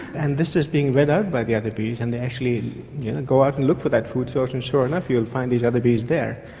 and this is being read out by the other bees and they actually go out and look for that food source and sure enough you'll find these other bees there.